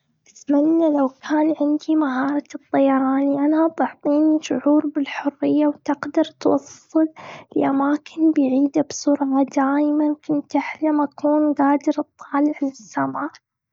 أتمنى لو كان عندي مهارة الطيران. لأنها تعطيني شعور بالحرية، وتقدر توصل لأماكن بعيده بسرعة. دايماً كنت أحلم أكون قادر أطالع للسما.